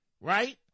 right